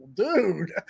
dude